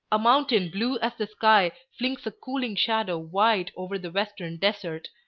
a mountain blue as the sky flings a cooling shadow wide over the western desert,